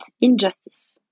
injustice